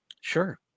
Sure